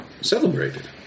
celebrated